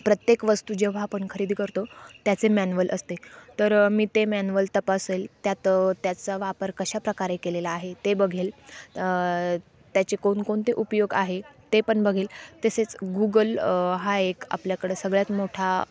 प्रत्येक वस्तू जेव्हा आपण खरेदी करतो त्याचे मॅनुवल असते तर मी ते मॅनुवल तपासेल त्यात त्याचा वापर कशा प्रकारे केलेला आहे ते बघेल त्याचे कोणकोणते उपयोग आहे ते पण बघेल तसेच गुगल हा एक आपल्याकडं सगळ्यात मोठा